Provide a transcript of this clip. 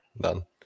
done